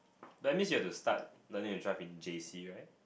that means you have to start learning to drive in J_C right